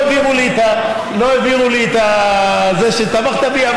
לא העבירו לי את זה שתמכת בי,